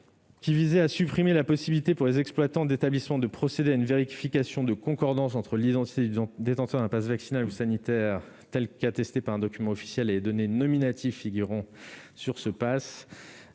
qui visent à supprimer la possibilité pour les exploitants d'établissements de procéder à une vérification de concordance entre l'identité du détenteur d'un passe vaccinal ou sanitaire et les données nominatives figurant sur un